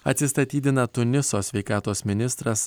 atsistatydina tuniso sveikatos ministras